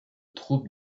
trouble